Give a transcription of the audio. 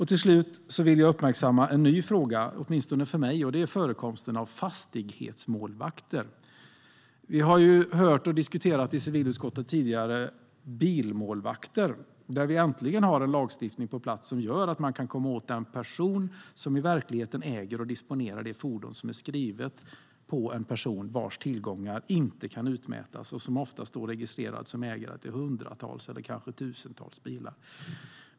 Till slut vill jag uppmärksamma en fråga som är ny, åtminstone för mig. Det är förekomsten av fastighetsmålvakter. I civilutskottet har vi tidigare hört om och diskuterat bilmålvakter. Vi har äntligen en lagstiftning på plats som gör att man kan komma åt den person som i verkligheten äger och disponerar det fordon som är skrivet på en person vars tillgångar inte kan utmätas och som ofta står registrerad som ägare till hundratals eller kanske tusentals bilar.